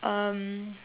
um